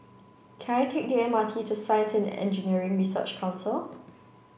can I take the M R T to Science and Engineering Research Council